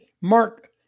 Mark